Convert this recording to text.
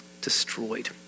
destroyed